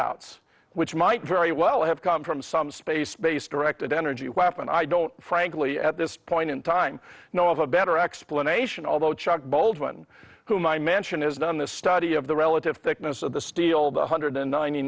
outs which might very well have come from some space based directed energy laugh and i don't frankly at this point in time know of a better explanation although chuck baldwin whom i mention is done this study of the relative thickness of the steel the hundred ninety